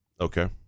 Okay